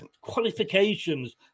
qualifications